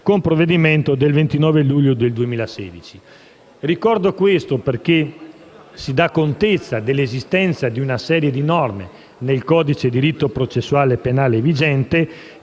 con provvedimento del 29 luglio 2016. Ricordo ciò perché si dà contezza dell'esistenza di una serie di norme nel codice di diritto processuale penale vigente,